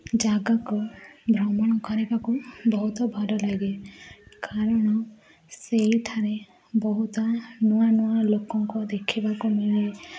ଜାଗାକୁ ଭ୍ରମଣ କରିବାକୁ ବହୁତ ଭଲଲାଗେ କାରଣ ସେଇଠାରେ ବହୁତ ନୂଆ ନୂଆ ଲୋକଙ୍କ ଦେଖିବାକୁ ମିଳେ